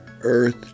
earth